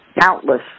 countless